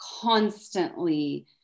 constantly